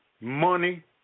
money